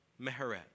Meheret